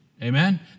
Amen